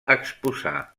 exposar